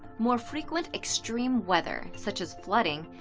more frequent extreme weather, such as flooding,